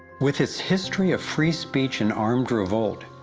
with its history of free speech and armed revolt,